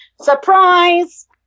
Surprise